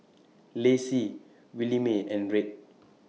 Lacey Williemae and Red